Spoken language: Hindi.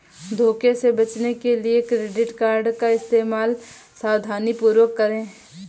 धोखे से बचने के लिए डेबिट क्रेडिट कार्ड का इस्तेमाल सावधानीपूर्वक करें